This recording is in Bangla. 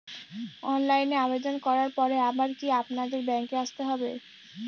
অনলাইনে আবেদন করার পরে আবার কি আপনাদের ব্যাঙ্কে আসতে হবে?